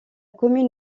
commune